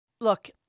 Look